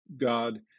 God